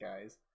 guys